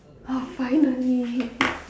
oh finally